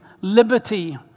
liberty